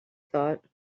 thought